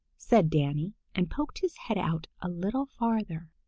said danny and poked his head out a little farther.